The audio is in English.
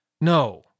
No